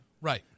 Right